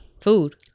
Food